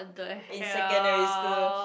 in secondary school